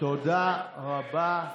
תודה רבה.